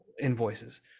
invoices